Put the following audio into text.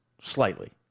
slightly